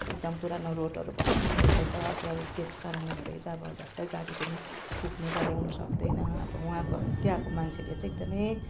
एकदम पुरानो रोडहरू भत्किसकेको छ त्यहाँ त्यस कारणले गर्दाखेरि चाहिँ अब झट्टै गाडी पनि पुग्नु र ल्याउनु सक्दैन अब वहाँकोहरू त्यहाँको मान्छेले चाहिँ एकदमै